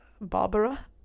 barbara